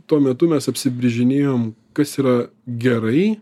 tuo metu mes apsibrėžinėjom kas yra gerai